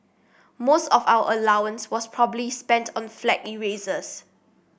most of our allowance was probably spent on flag erasers